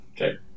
Okay